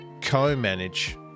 co-manage